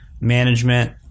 management